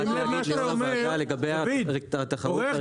רק להגיד, יו"ר הוועדה, לגבי התחרות והריכוזיות.